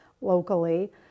locally